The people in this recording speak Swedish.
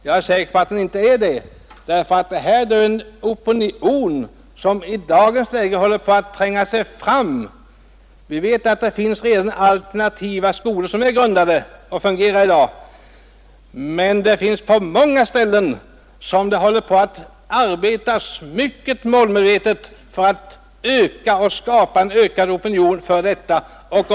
Jag är säker på att den inte är det, ty en opinion håller i dagens läge på att tränga sig fram i denna fråga. Vi vet att det redan har grundats alternativa skolor som fungerar i dag, och på många ställen arbetas det mycket målmedvetet för att skapa en ökad opinion för en sådan möjlighet.